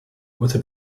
within